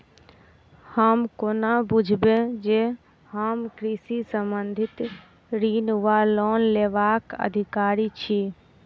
हम कोना बुझबै जे हम कृषि संबंधित ऋण वा लोन लेबाक अधिकारी छी?